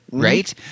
right